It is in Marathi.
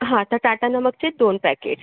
हा तर टाटा नमकचे दोन पॅकेट